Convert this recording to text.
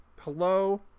hello